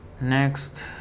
Next